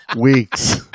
weeks